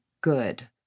good